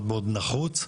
מאוד נחוץ,